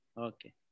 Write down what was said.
Okay